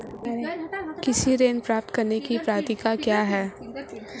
कृषि ऋण प्राप्त करने की पात्रता क्या है?